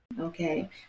Okay